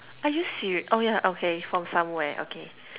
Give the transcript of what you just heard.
are you seri~ oh yeah okay from somewhere okay